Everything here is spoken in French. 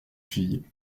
fille